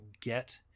get